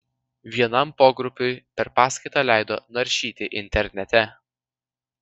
vienam pogrupiui per paskaitą leido naršyti internete